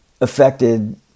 affected